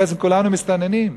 בעצם כולנו מסתננים,